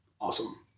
awesome